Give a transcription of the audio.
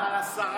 אבל השרה,